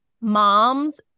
moms